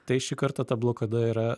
tai šį kartą ta blokada yra